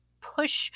push